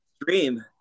dream